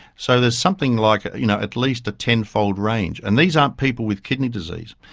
so there's something like you know at least a ten fold range, and these aren't people with kidney disease,